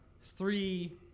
three